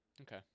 Okay